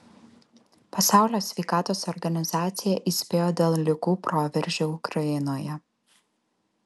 pasaulio sveikatos organizacija įspėjo dėl ligų proveržio ukrainoje